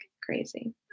crazy